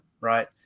right